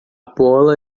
bola